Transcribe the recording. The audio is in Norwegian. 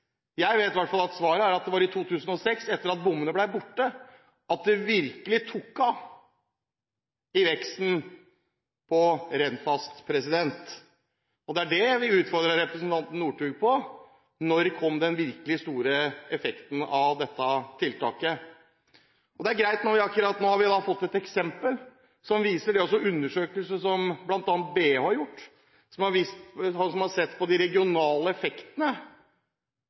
vet i hvert fall at svaret er at det var i 2006, etter at bommene ble borte, at det virkelig tok av i veksten på Rennfast. Det jeg ville utfordre representanten Nordtun på, var: Når kom den virkelig store effekten av dette tiltaket? Det er greit når vi akkurat nå har fått et eksempel som viser dette. Det viser også undersøkelser som bl.a. BI har gjort. De har sett på de regionale effektene, og på